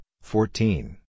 fourteen